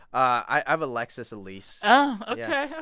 i have a lexus, a lease oh, ok.